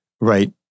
right